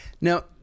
Now